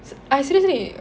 seriously